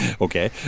Okay